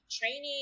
training